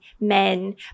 men